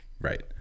Right